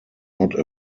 not